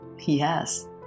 Yes